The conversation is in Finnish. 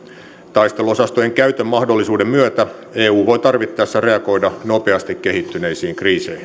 taisteluosastojen käytön mahdollisuuden myötä eu voi tarvittaessa reagoida nopeasti kehittyneisiin kriiseihin